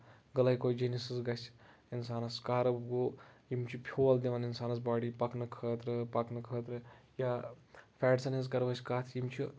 glycogenesis گژھِ اِنسانس carbo یِم چھِ فیُول دِوان اِنسانَس بوڈی پکنہٕ خٲطرٕ پَکنہٕ خٲطرٕ یا فیٹسن ۂنٛز کَرو أسۍ کَتھ یِم چھِ